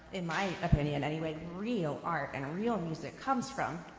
in my opinion anyway, real art and a real music comes from.